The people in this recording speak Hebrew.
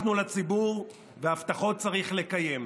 הבטחנו לציבור, והבטחות צריך לקיים.